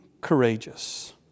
courageous